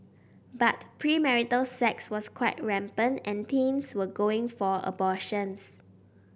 but premarital sex was quite rampant and teens were going for abortions